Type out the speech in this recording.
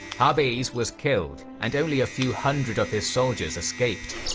harbees was killed and only a few hundred of his soldiers escaped.